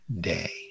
day